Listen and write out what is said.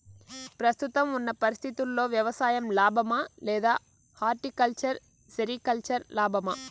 ప్రస్తుతం ఉన్న పరిస్థితుల్లో వ్యవసాయం లాభమా? లేదా హార్టికల్చర్, సెరికల్చర్ లాభమా?